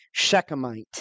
Shechemite